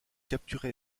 capturé